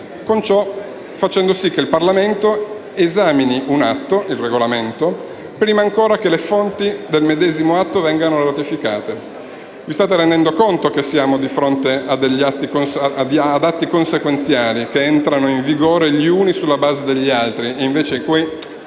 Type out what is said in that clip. con ciò facendo sì che il Parlamento esamini un atto, il regolamento, prima ancora che le fonti del medesimo atto vengano ratificate. Vi state rendendo conto che siamo di fronte ad atti consequenziali che entrano in vigore gli uni sulla base degli altri, anche se